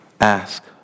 ask